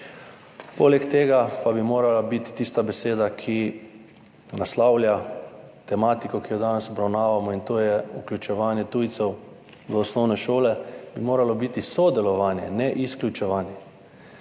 Poleg tega pa bi morala biti tista beseda, ki naslavlja tematiko, ki jo danes obravnavamo, in to je vključevanje tujcev v osnovne šole, sodelovanje in ne izključevanje.